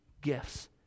gifts